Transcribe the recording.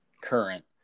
current